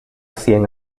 cien